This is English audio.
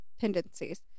tendencies